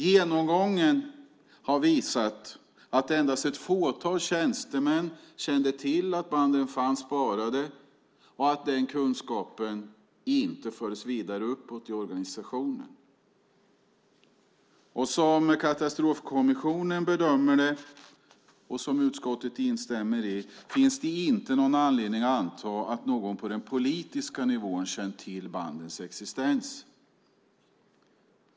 Genomgången har visat att endast ett fåtal tjänstemän kände till att banden fanns sparade och att den kunskapen inte fördes vidare uppåt i organisationen. Som Katastrofkommissionen bedömer det, något som utskottet instämmer i, finns det inte någon anledning att anta att någon på den politiska nivån känt till bandens existens.